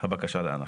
הבקשה להנחה.